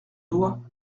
doigt